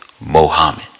Mohammed